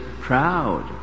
proud